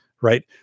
right